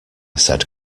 said